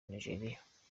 nigeria